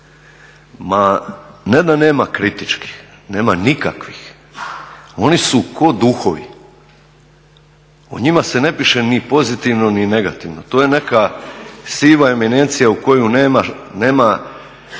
Ma, ne da nema kritičkim, nema nikakvih. Oni su kao duhovi, o njima se ne piše ni pozitivno, ni negativno. To je neka siva … u koju nema,